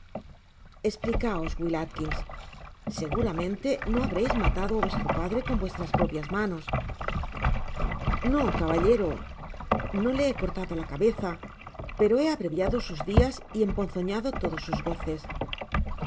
esplicacs will atkins seguramente no habreis matado á vuestro padre con vuestras propias manos no caballero no le he cortado la cabeza pero he abreviado sus dias y emponzoñado todos sus goces